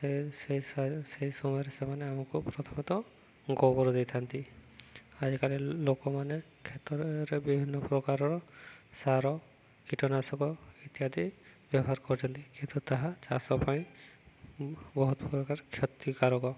ସେ ସେ ସେଇ ସମୟରେ ସେମାନେ ଆମକୁ ପ୍ରଥମତଃ ଗୋବର ଦେଇଥାନ୍ତି ଆଜିକାଲି ଲୋକମାନେ କ୍ଷେତ୍ରରେ ବିଭିନ୍ନ ପ୍ରକାରର ସାର କୀଟନାଶକ ଇତ୍ୟାଦି ବ୍ୟବହାର କରିଛନ୍ତି କିନ୍ତୁ ତାହା ଚାଷ ପାଇଁ ବହୁତ ପ୍ରକାର କ୍ଷତିକାରକ